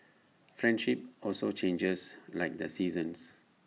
friendship also changes like the seasons